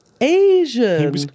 Asian